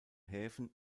häfen